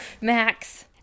max